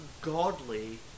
godly